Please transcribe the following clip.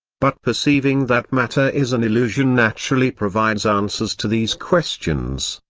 but perceiving that matter is an illusion naturally provides answers to these questions,